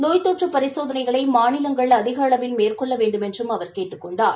நோய் தொற்று பரிசோதனைகளை மாநிலங்கள் அதிக அளவில் மேற்கொள்ள வேண்டுமென்றும் அவர் கேட்டுக் கொண்டார்